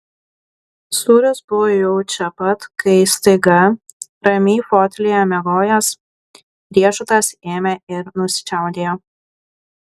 sūris buvo jau čia pat kai staiga ramiai fotelyje miegojęs riešutas ėmė ir nusičiaudėjo